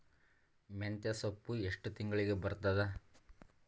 ಮೆಂತ್ಯ ಸೊಪ್ಪು ಎಷ್ಟು ತಿಂಗಳಿಗೆ ಬರುತ್ತದ?